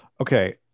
Okay